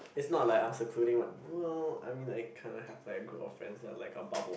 it's not like I'm secluding what well I mean I kind of have like a group of friends that are like a bubble